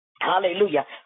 Hallelujah